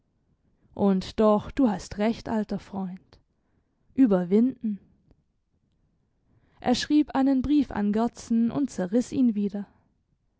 und doch du hast recht alter freund überwinden er schrieb einen brief an gerdsen und zerriss ihn wieder